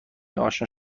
اشنا